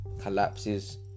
collapses